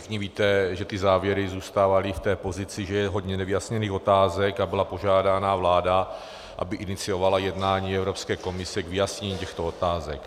Všichni víte, že ty závěry zůstávaly v té pozici, že je hodně nevyjasněných otázek, a byla požádána vláda, aby iniciovala jednání Evropské komise k vyjasnění těchto otázek.